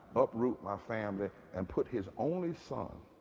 uproot my family, and put his only son